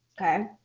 okay